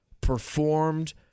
performed